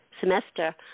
semester